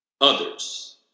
others